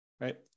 Right